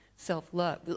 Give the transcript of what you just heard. self-love